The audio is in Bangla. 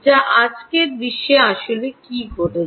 যা আজকের বিশ্বে আসলে কি ঘটছে